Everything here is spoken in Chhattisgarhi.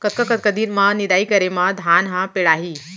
कतका कतका दिन म निदाई करे म धान ह पेड़ाही?